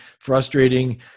frustrating